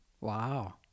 Wow